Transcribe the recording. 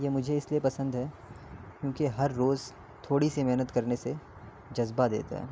یہ مجھے اس لیے پسند ہے کیونکہ ہر روز تھوڑی سی محنت کرنے سے جذبہ دیتا ہے